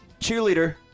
cheerleader